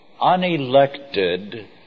unelected